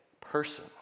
person